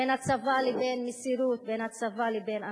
בין הצבא לבין מסירות, בין הצבא לבין אמינות,